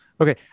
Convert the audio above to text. Okay